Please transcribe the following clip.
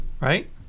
right